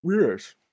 yes